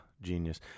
genius